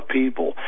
people